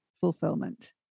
fulfillment